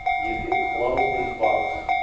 you can close these bunks